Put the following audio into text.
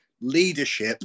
leadership